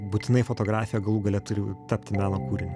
būtinai fotografija galų gale turiu tapti meno kūriniu